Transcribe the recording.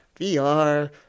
VR